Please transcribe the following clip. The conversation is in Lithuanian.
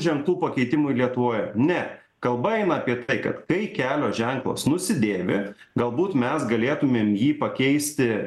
žentų pakeitimui lietuvoje ne kalba eina apie tai kad kai kelio ženklas nusidėvi galbūt mes galėtumėm jį pakeisti